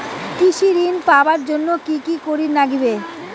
কৃষি ঋণ পাবার জন্যে কি কি করির নাগিবে?